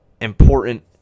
important